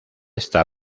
está